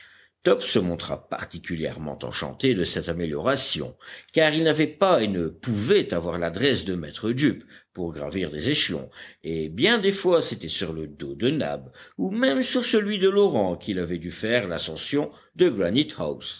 top se montra particulièrement enchanté de cette amélioration car il n'avait pas et ne pouvait avoir l'adresse de maître jup pour gravir des échelons et bien des fois c'était sur le dos de nab ou même sur celui de l'orang qu'il avait dû faire l'ascension de